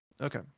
Okay